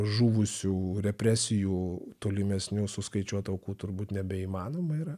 žuvusių represijų tolimesnių suskaičiuot aukų turbūt nebeįmanoma yra